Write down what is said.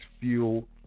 fuel